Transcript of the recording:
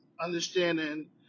understanding